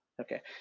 Okay